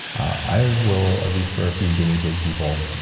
i will, at least for a few guinea pig people,